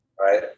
Right